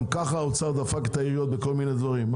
גם ככה האוצר דפק את העיריות בכל מיני דברים.